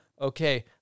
okay